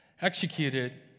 executed